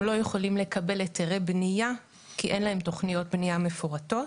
לא יכולים לקבל היתרי בנייה כי אין להם תכניות בנייה מפורטות.